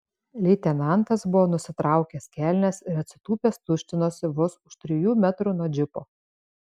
leitenantas buvo nusitraukęs kelnes ir atsitūpęs tuštinosi vos už trijų metrų nuo džipo